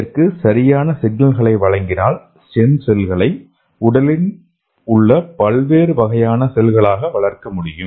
அதற்கு சரியான சிக்னல்களை வழங்கினால் ஸ்டெம் செல்களை உடலில் உள்ள பல்வேறு வகையான செல்களாக வளர்க்க முடியும்